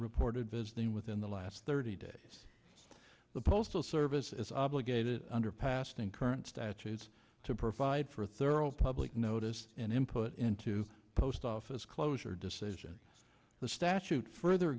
reported business within the last thirty days the postal service is obligated under past and current statutes to provide for thorough public notice and input into post office closure decision the statute further